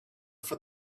for